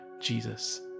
Jesus